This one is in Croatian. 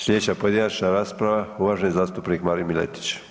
Slijedeća pojedinačna rasprava uvaženi zastupnik Marin Miletić.